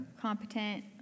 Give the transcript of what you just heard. competent